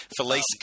Felice